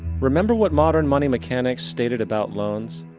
remember what modern money mechanics stated about loans?